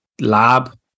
lab